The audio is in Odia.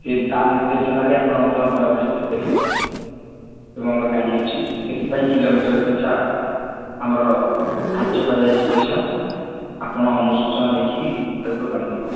ସେ ତା ନିର୍ଦେଶନାରେ ଆପଣ ମଧ୍ୟ ବୁଲାବୁଲି କରିପାରିବେ ଏବଂ ଆମର ଗାଡ଼ି ଅଛି ସେଥିପାଇଁ କିଲୋମିଟର ପିଛା ଆମର ଧାର୍ଯ୍ୟ କରାଯାଇଛି ପଇସା ଆପଣ ଅନୁସୂଚନା ଦେଖି ତାକୁ ପ୍ରଦାନ କରିବେ